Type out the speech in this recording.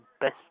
best